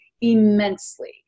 immensely